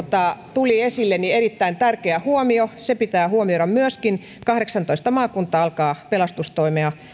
tuli esille se on erittäin tärkeä huomio se pitää huomioida myöskin kahdeksantoista maakuntaa alkaa pelastustoimea